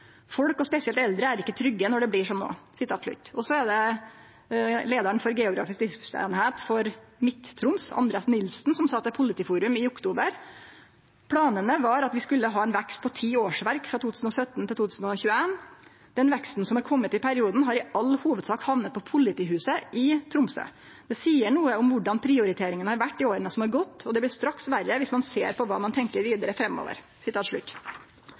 Folk og spesielt eldre er ikke trygge når det blir slik som nå.» Leiaren for den geografiske driftseininga Midt-Troms, Andreas Nilsen, sa til Politiforum i oktober: «Planene var at vi skulle ha en vekst på 10 årsverk fra 2017 til 2021. Den veksten som har kommet i perioden har i all hovedsak havnet på politihuset i Tromsø. Det sier noe om hvordan prioriteringene har vært i årene som har gått, og det blir straks verre hvis man ser på hva man tenker videre fremover.»